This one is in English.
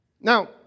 Now